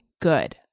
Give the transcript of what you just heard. good